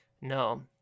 No